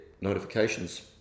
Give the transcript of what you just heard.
notifications